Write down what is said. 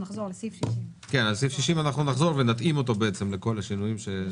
אל סעיף 60 אנחנו נחזור ונתאים אותו לכל השינויים.